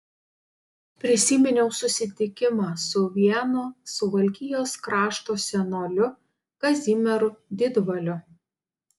prisiminiau susitikimą su vienu suvalkijos krašto senoliu kazimieru didvaliu